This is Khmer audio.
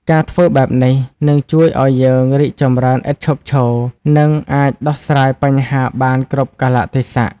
ការធ្វើបែបនេះ នឹងជួយឲ្យយើងរីកចម្រើនឥតឈប់ឈរ និងអាចដោះស្រាយបញ្ហាបានគ្រប់កាលៈទេសៈ។